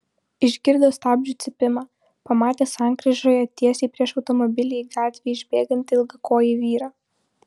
išgirdo stabdžių cypimą pamatė sankryžoje tiesiai prieš automobilį į gatvę išbėgantį ilgakojį vyrą